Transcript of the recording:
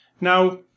Now